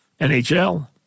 NHL